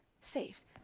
saved